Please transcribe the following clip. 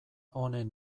honen